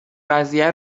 قضیه